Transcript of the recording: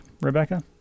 Rebecca